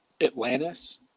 Atlantis